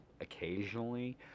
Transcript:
occasionally